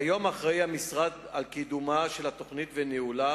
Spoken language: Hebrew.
כיום אחראי המשרד לקידום התוכנית ולניהולה